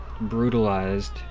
brutalized